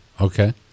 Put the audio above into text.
Okay